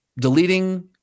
deleting